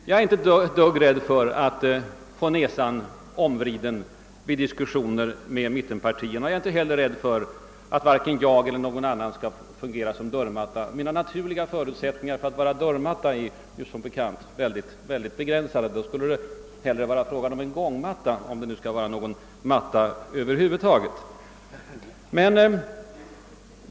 Jag är inte alls rädd för att »få näsan omvriden» vid diskussioner med mittenpartierna eller för att jag eller någon annan skall få fungera som »dörrmatta» — mina naturliga förutsättningar att vara dörrmatta är väldigt begränsade; då skulle det hellre vara fråga om en »gångmatta», om det över huvud taget skall vara någon matta.